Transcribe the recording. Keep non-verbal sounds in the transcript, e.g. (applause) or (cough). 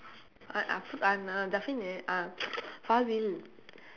uh uh (noise) Faasil